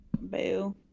Boo